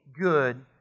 good